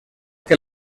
que